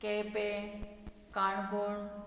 Quepem Canacona